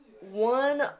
one